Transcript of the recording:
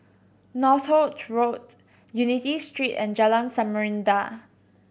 Northolt Road Unity Street and Jalan Samarinda